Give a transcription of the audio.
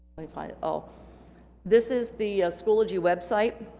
i find it oh this is the schoology website.